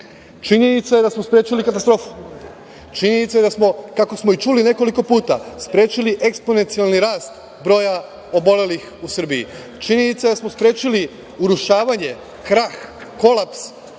pošasti. Činjenica je da smo sprečili katastrofu. Činjenica je da smo, kako smo i čuli nekoliko puta, sprečili eksponencijalni rast broja obolelih u Srbiji. Činjenica je da smo sprečili urušavanje, krah, kolaps